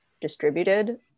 distributed